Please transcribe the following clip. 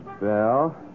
bell